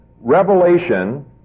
revelation